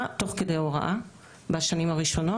אני מתכבד לפתוח את הישיבה החשובה הזאת.